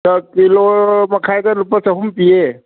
kilo ꯃꯈꯥꯏꯗ ꯂꯨꯄꯥ ꯆꯍꯨꯝ ꯄꯤꯌꯦ